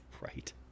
Right